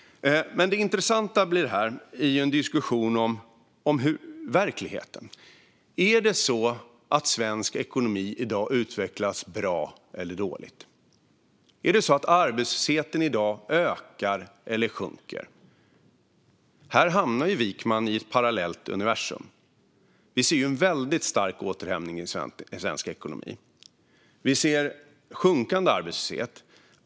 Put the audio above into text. Det intressanta här är diskussionen om verkligheten. Är det så att svensk ekonomi i dag utvecklas bra eller dåligt? Är det så att arbetslösheten i dag ökar eller sjunker? Här hamnar Wykman i ett parallellt universum. Vi ser ju en väldigt stark återhämtning i den svenska ekonomin och sjunkande arbetslöshet.